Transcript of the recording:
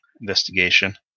investigation